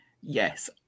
yes